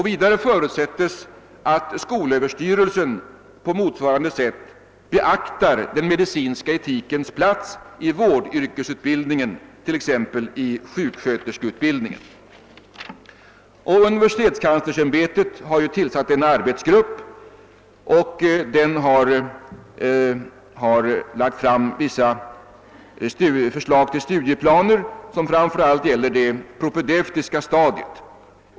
Vidare förutsätts att skolöverstyrelsen på motsvarande sätt beaktar den medicinska etikens plats i vårdyrkesutbildningen, t.ex. i sjukskö Universitetskanslersämbetet har tillsatt en arbetsgrupp, som har lagt fram vissa förslag till studieplaner som framför allt gäller det propedeutiska stadiet.